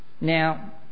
Now